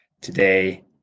today